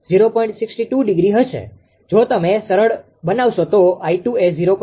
જો તમે સરળ બનાવશો તો 𝑖2 એ 0